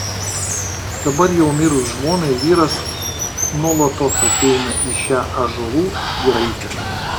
dabar jau mirus žmonai vyras nuolatos ateina į šią ąžuolų giraitę